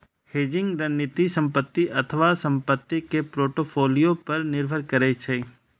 hedging रणनीति संपत्ति अथवा संपत्ति के पोर्टफोलियो पर निर्भर करै छै